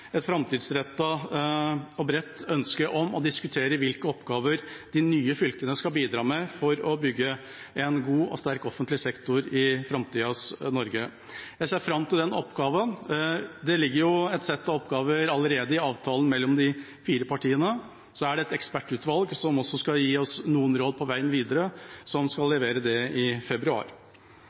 et framtidsrettet og bredt ønske om å diskutere hvilke oppgaver de nye fylkene skal bidra med for å bygge en god og sterk offentlig sektor i framtidas Norge. Jeg ser fram til den oppgaven. Det ligger allerede et sett med oppgaver i avtalen mellom de fire partiene. Så er det et ekspertutvalg som også skal gi oss noen råd på veien videre, og som skal levere det i februar.